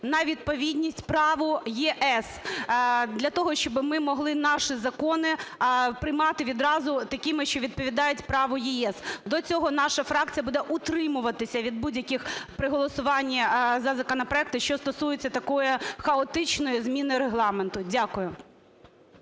на відповідність праву ЄС для того, щоб ми могли наші закони приймати відразу такими, що відповідають праву ЄС. До цього наша фракція буде утримуватися від будь-яких… при голосуванні за законопроекти, що стосується такої хаотичної зміни Регламенту. Дякую.